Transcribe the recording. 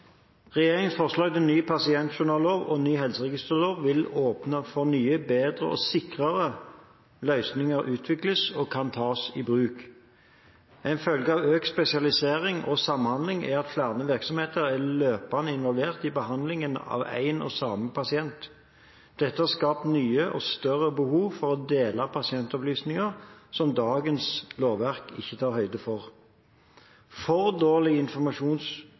Regjeringens forslag til ny pasientjournallov og ny helseregisterlov vil åpne for at nye, bedre og sikrere løsninger utvikles og kan tas i bruk. En følge av økt spesialisering og samhandling er at flere virksomheter er løpende involvert i behandlingen av én og samme pasient. Dette har skapt nye og større behov for å dele pasientopplysninger som dagens lovverk ikke tar høyde for. For dårlig